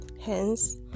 Hence